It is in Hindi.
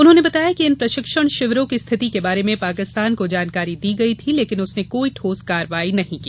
उन्होंने बताया कि इन प्रशिक्षण शिविरों की स्थिति के बारे में पाकिस्तान को जानकारी दी गई थी लेकिन उसने कोई ठोस कार्रवाई नहीं की